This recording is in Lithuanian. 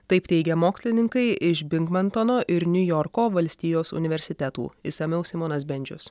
taip teigia mokslininkai iš bingmantono ir niujorko valstijos universitetų išsamiau simonas bendžius